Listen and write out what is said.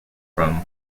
from